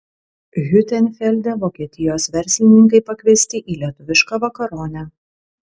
hiutenfelde vokietijos verslininkai pakviesti į lietuvišką vakaronę